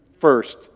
first